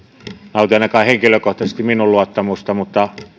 nauti ainakaan henkilökohtaisesti minun luottamustani mutta